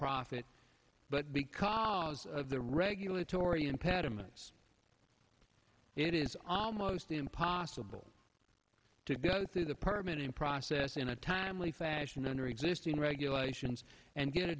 profit but because of the regulatory impediments it is almost impossible to go through the permanent process in a timely fashion under existing regulations and get a